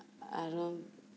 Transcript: আৰু